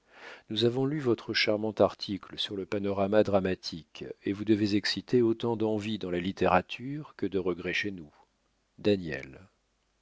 nous avons lu votre charmant article sur le panorama dramatique et vous devez exciter autant d'envie dans la littérature que de regrets chez nous daniel